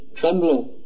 trembling